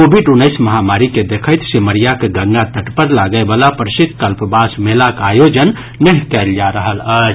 Covid उन्नैस महामारी के देखैत सिमरियाक गंगा तट पर लागय वला प्रसिद्ध कल्पवास मेलाक आयोजन नहि कयल जा रहल अछि